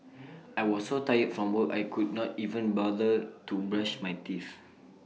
I was so tired from work I could not even bother to brush my teeth